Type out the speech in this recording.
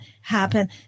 happen